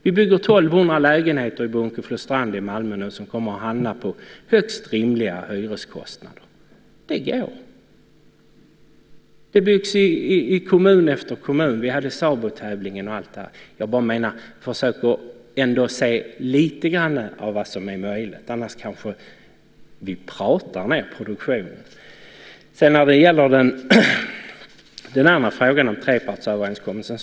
Det byggs 1 200 nya lägenheter i Bunkeflostrand i Malmö som kommer att hamna på högst rimliga hyreskostnader. Det byggs i kommun efter kommun. Sedan hade vi också SABO-tävlingen. Försök att se lite grann av det som är möjligt. Annars kanske vi bara pratar om mer produktion. Den andra frågan handlade om trepartsöverenskommelsen.